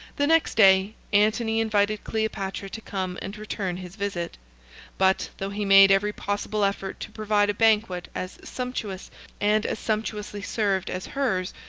the next day, antony invited cleopatra to come and return his visit but, though he made every possible effort to provide a banquet as sumptuous and as sumptuously served as hers,